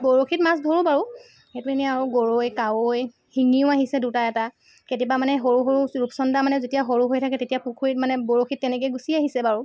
বৰশীত মাছ ধৰোঁ বাৰু সেইটো এনে আৰু গৰৈ কাৱৈ শিঙিও আহিছে দুটা এটা কেতিয়াবা মানে সৰু সৰু ৰূপচন্দা মানে যেতিয়া সৰু হৈ থাকে তেতিয়া পুখুৰীত মানে বৰশীত তেনেকৈ গুচি আহিছে বাৰু